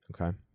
okay